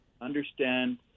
understand